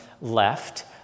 left